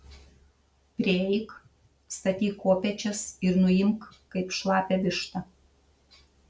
prieik statyk kopėčias ir nuimk kaip šlapią vištą